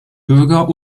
bürger